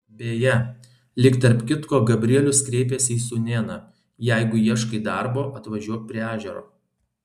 beje lyg tarp kitko gabrielius kreipėsi į sūnėną jeigu ieškai darbo atvažiuok prie ežero